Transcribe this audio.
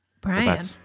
Brian